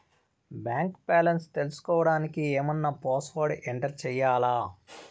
Bank balance తెలుసుకోవడానికి ఏమన్నా password enter చేయాలా?